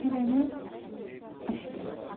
हें वेगळेंच आशिल्लें